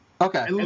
Okay